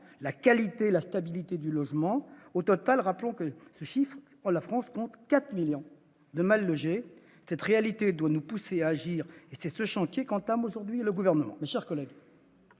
la qualité et la stabilité du logement. Au total, la France compte 4 millions de mal-logés ! Cette réalité doit nous pousser à agir. C'est ce chantier qu'entame aujourd'hui le Gouvernement.